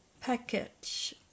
package